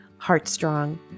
heartstrong